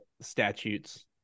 statutes